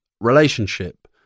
relationship